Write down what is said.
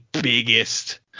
biggest